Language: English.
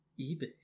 eBay